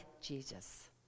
Jesus